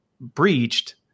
breached